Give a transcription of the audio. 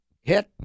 hit